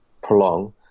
prolong